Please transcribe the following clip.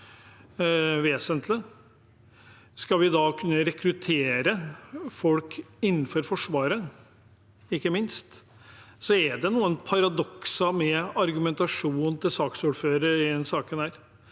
Skal vi kunne rekruttere folk til Forsvaret, ikke minst, er det noen paradokser med argumentasjonen til saksordføreren i denne saken